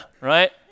right